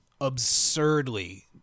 absurdly